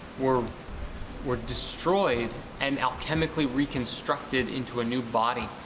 were were destroyed and now chemically reconstructed into a new body